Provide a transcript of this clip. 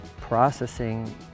processing